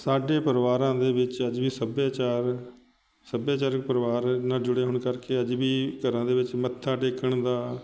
ਸਾਡੇ ਪਰਿਵਾਰਾਂ ਦੇ ਵਿੱਚ ਅੱਜ ਵੀ ਸੱਭਿਆਚਾਰ ਸੱਭਿਆਚਾਰਕ ਪਰਿਵਾਰ ਨਾਲ ਜੁੜੇ ਹੋਣ ਕਰਕੇ ਅੱਜ ਵੀ ਘਰਾਂ ਦੇ ਵਿੱਚ ਮੱਥਾ ਟੇਕਣ ਦਾ